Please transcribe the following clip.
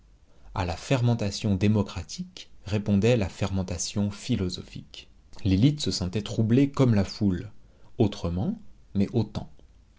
à la fermentation démocratique répondait la fermentation philosophique l'élite se sentait troublée comme la foule autrement mais autant